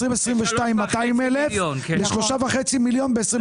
2022 זה 200,000 שקלים ו-3.5 מיליון ב-2023.